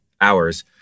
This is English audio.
hours